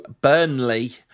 Burnley